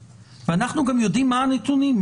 ואנחנו גם יודעים מה הנתונים.